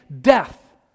Death